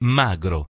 magro